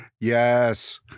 Yes